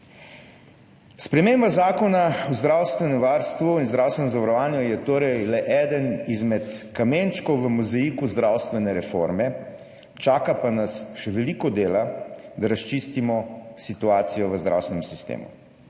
Sprememba Zakona o zdravstvenem varstvu in zdravstvenem zavarovanju je torej le eden izmed kamenčkov v mozaiku zdravstvene reforme, čaka pa nas še veliko dela, da razčistimo situacijo v zdravstvenem sistemu.